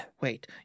Wait